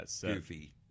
goofy